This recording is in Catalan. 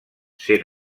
sent